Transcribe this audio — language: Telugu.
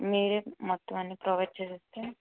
మీరే మొత్తం అన్నీ ప్రొవైడ్ చేసేస్తే